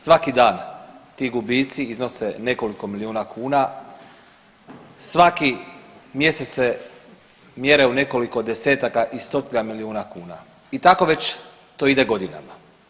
Svaki dan ti gubici iznose nekoliko milijuna kuna, svaki mjesec se mjere u nekoliko desetaka i stotina milijuna kuna i tako već to ide godina.